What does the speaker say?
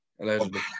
Allegedly